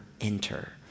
enter